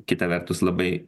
kita vertus labai